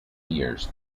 years